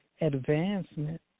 advancement